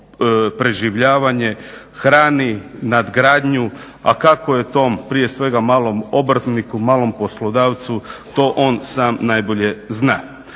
hrani nadgradnju, a kako je tom prije svega malom obrtniku, malom poslodavcu to on sam najbolje zna.